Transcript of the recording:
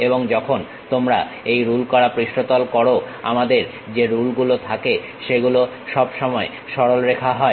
এবং যখন তোমরা এই রুল করা পৃষ্ঠতল করো আমাদের যে রুল গুলো থাকে সেগুলো সব সময় সরলরেখা হয়